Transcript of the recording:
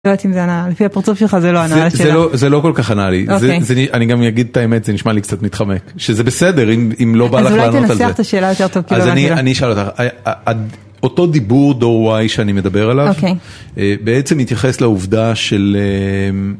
אני לא יודעת אם זה ענה, לפי הפרצוף שלך זה לא ענה לשאלה. זה לא כל כך ענה לי. אני גם אגיד את האמת, זה נשמע לי קצת מתחמק. שזה בסדר, אם לא בא לך לענות על זה. אז אולי תנסח את השאלה יותר טוב. אז אני אשאל אותך, אותו דיבור דור y שאני מדבר עליו, בעצם התייחס לעובדה של...